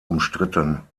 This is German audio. umstritten